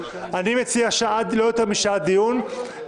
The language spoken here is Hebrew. אני מציע שעד לא יותר משעה דיון,